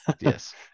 yes